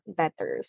better